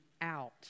out